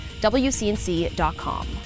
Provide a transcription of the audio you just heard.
WCNC.com